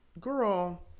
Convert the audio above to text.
girl